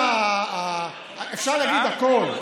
אפשר להגיד הכול,